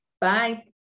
Bye